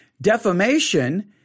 defamation